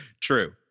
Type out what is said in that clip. True